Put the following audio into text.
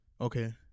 okay